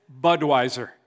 Budweiser